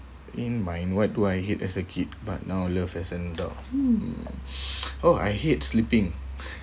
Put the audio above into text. in mind what do I hate as a kid but now love as an adult hmm oh I hate sleeping